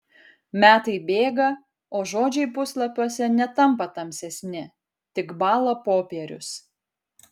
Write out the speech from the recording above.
metai bėga o žodžiai puslapiuose netampa tamsesni tik bąla popierius